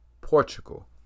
Portugal